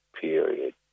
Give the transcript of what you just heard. period